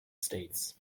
states